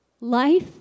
Life